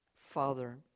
Father